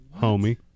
homie